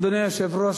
אדוני היושב-ראש,